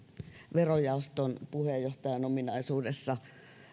verojaoston puheenjohtajan ominaisuudessa